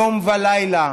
יום ולילה